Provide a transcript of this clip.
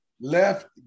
Left